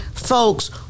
folks